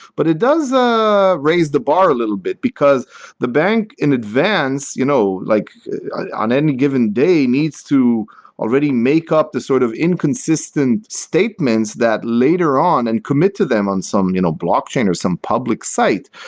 but it does raise the bar a little bit, because the bank in advance, you know like on any given day, needs to already make up the sort of inconsistent statements that later on and commit to them on some you know blockchain or some public site,